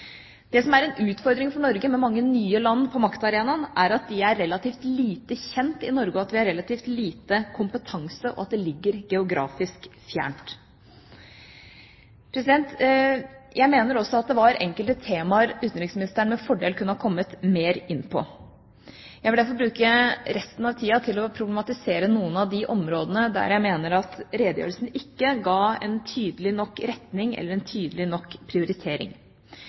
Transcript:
Det som er en utfordring for Norge med mange nye land på maktarenaen, er at de er relativt lite kjent i Norge, at vi har relativt lite kompetanse, og at de ligger geografisk fjernt. Jeg mener også at det var enkelte temaer utenriksministeren med fordel kunne ha kommet mer inn på. Jeg vil derfor bruke resten av tida til å problematisere noen av de områdene der jeg mener at redegjørelsen ikke ga en tydelig nok retning eller en tydelig nok prioritering.